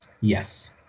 Yes